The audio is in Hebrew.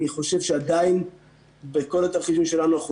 אני חושב שעדיין בכל התרחישים שלנו אנחנו